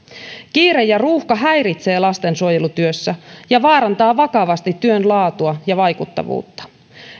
kiire ja ruuhka häiritsee lastensuojelutyössä ja vaarantaa vakavasti työn laatua ja vaikuttavuutta